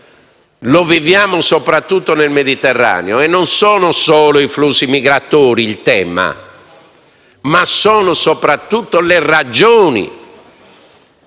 lo viviamo soprattutto nel Mediterraneo. E non sono solo i flussi migratori il tema, ma sono soprattutto le ragioni